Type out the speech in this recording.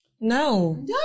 No